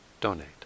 donate